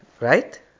right